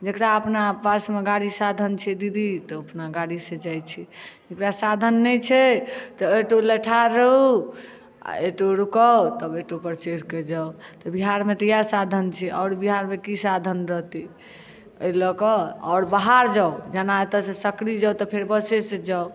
जेकरा अपना पास मे गाड़ी साधन छै दीदी तऽ ओ अपना गाड़ी से जाइ छै जेकरा साधन नहि छै तऽ ऑटो लाए ठार रहु आ ऑटो रुकाउ तब ऑटो पर चढ़ि कऽ जाउ तऽ बिहार मे तऽ इएह साधन छै आओर बिहार मे की साधन रहते एहि लए कऽ आओर बाहर जाउ जेना एतए सँ सकरी जाउ तऽ फेर बसे सँ जाउ